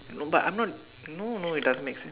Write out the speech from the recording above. no but I'm not no no it doesn't make sense